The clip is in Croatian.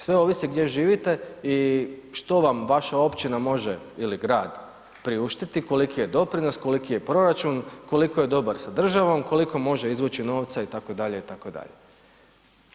Sve ovisi gdje živite i što vam vaša općina može ili grad priuštiti, koliki je doprinos, koliki je proračun, koliko je dobar sa državom, koliko može izvući novca itd., itd.